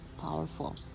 powerful